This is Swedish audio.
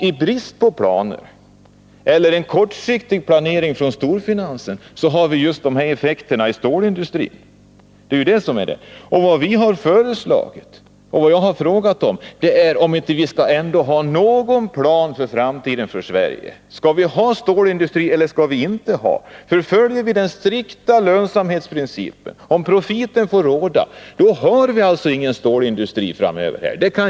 I brist på planer eller med en kortsiktig planering från storfinansen får man just de här effekterna inom stålindustrin. Vad vi har föreslagit och jag har frågat om, det är om vi inte skall ha någon plan för Sverige för framtiden. Skall vi ha stålindustri eller skall vi inte ha stålindustri? Om vi följer den strikta lönsamhetsprincipen och profiten får råda, då har vi ingen stålindustri framöver.